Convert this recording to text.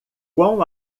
quão